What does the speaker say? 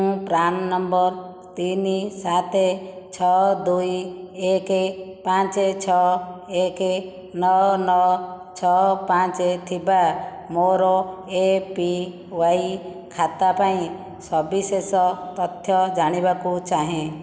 ମୁଁ PRAN number ତିନି ସାତ ଛଅ ଦୁଇ ଏକ ପାଞ୍ଚ ଛଅ ଏକ ନଅ ନଅ ଛଅ ପାଞ୍ଚ ଥିବା ମୋର ଏ ପି ୱାଇ ଖାତା ପାଇଁ ସବିଶେଷ ତଥ୍ୟ ଜାଣିବାକୁ ଚାହେଁ